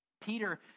Peter